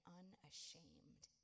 unashamed